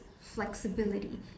flexibility